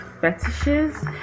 fetishes